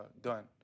done